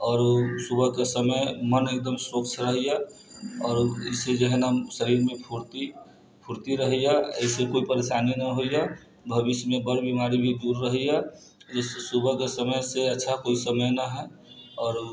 आओर ओ सुबह के समय मन एकदम स्वच्छ रहैया आओर इससे शरीर मे जहन फूर्ती फूर्ती रहैया एहि से कोइ परेशानी नहि होइया भविष्य मे बर बीमारी भी दूर रहैया जिससे सुबह के समय अच्छा कोइ समय न है आओर